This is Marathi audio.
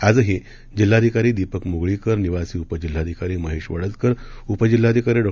आजही जिल्हाधिकारी दीपक मुगळीकर निवासी उपजिल्हाधिकारी महेश वडदकर उपजिल्हाधिकारी डॉ